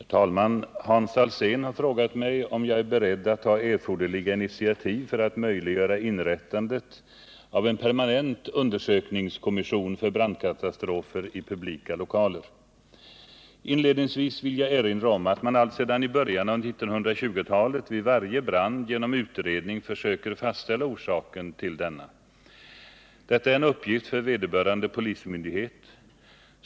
Herr talman! Hans Alsén har frågat mig om jag är beredd att ta erforderliga initiativ för att möjliggöra inrättandet av en permanent undersökningskommission för brandkatastrofer i publika lokaler. Inledningsvis vill jag erinra om att man alltsedan i början av 1920-talet vid varje brand genom utredning försöker fastställa orsaken till denna. Detta är en uppgift för vederbörande polismyndighet.